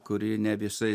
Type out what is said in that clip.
kuri ne visai